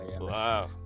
Wow